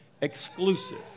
exclusive